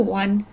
one